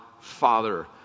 father